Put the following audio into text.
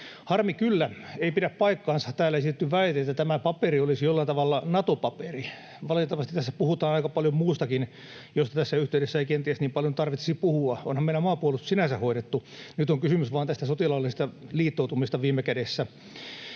Harmi kyllä, ei pidä paikkaansa täällä esitetty väite, että tämä paperi olisi jollain tavalla Nato-paperi. Valitettavasti tässä puhutaan aika paljon muustakin, josta tässä yhteydessä ei kenties niin paljon tarvitsisi puhua. Onhan meillä maanpuolustus sinänsä hoidettu. Nyt on kysymys vain tästä sotilaallisesta liittoutumisesta viime kädessä.